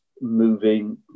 moving